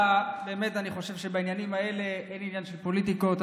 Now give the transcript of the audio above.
נא לאפשר לחבר הכנסת טייב להשיב.